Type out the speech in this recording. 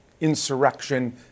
insurrection